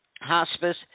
Hospice